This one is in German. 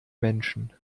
menschen